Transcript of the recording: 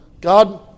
God